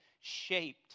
shaped